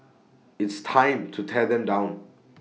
it's time to tear them down